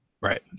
Right